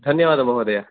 धन्यवादः महोदयः